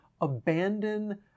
abandon